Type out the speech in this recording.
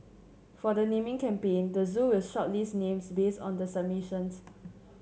for the naming campaign the zoo will shortlist names based on the submissions